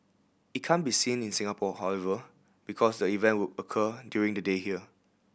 it can't be seen in Singapore however because the event will occur during the day here